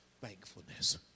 thankfulness